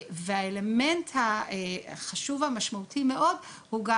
והאלמנט החשוב והמשמעותי מאוד הוא גם